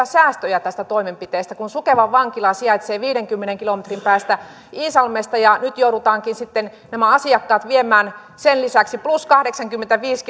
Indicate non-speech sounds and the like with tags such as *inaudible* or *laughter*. *unintelligible* säästöjä tästä toimenpiteestä kun sukevan vankila sijaitsee viidenkymmenen kilometrin päässä iisalmesta ja nyt joudutaankin sitten nämä asiakkaat viemään sen lisäksi plus kahdeksankymmentäviisi *unintelligible*